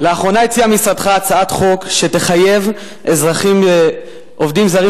לאחרונה הציע משרדך הצעת חוק שתחייב עובדים זרים